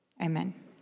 Amen